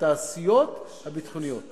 בתעשיות הביטחוניות.